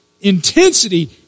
intensity